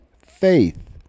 faith